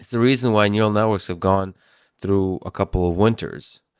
the reason why neural networks have gone through a couple of winters,